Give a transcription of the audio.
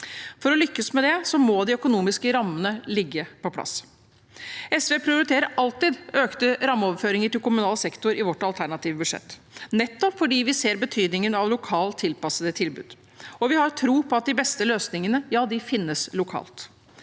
For å lykkes med det må de økonomiske rammene ligge på plass. Vi i SV prioriterer alltid økte rammeoverføringer til kommunal sektor i vårt alternative budsjett, nettopp fordi vi ser betydningen av lokalt tilpassede tilbud, og vi har tro på at de beste løsningene finnes lokalt.